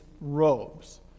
robes